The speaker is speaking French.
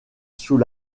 sous